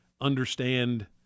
understand